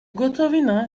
gotovina